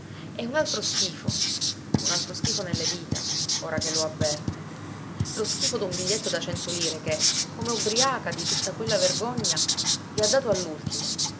e un altro schifo un altro schifo nelle dita ora che lo avverte lo schifo d'un biglietto da cento lire che come ubriaca di tutta quella vergogna gli ha dato